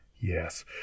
Yes